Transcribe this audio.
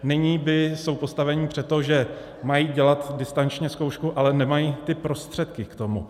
Nyní jsou postaveni před to, že mají dělat distančně zkoušku, ale nemají ty prostředky k tomu.